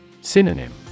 Synonym